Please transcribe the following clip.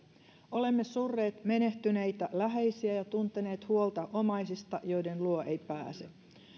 olemme surreet menehtyneitä läheisiä ja ja tunteneet huolta omaisista joiden luo ei pääse